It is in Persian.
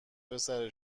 پسر